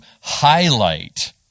highlight